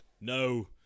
no